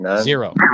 Zero